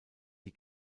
die